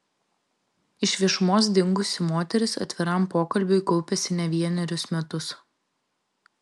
iš viešumos dingusi moteris atviram pokalbiui kaupėsi ne vienerius metus